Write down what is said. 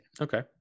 Okay